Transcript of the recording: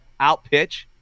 outpitch